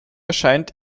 erscheint